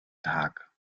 tag